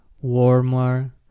warmer